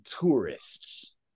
tourists